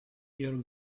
your